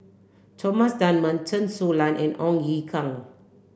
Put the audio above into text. Thomas Dunman Chen Su Lan and Ong Ye Kung